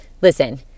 Listen